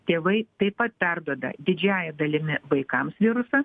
tėvai taip pat perduoda didžiąja dalimi vaikams virusą